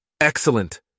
Excellent